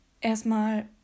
erstmal